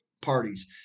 parties